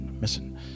missing